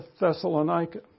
Thessalonica